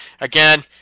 Again